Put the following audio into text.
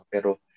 pero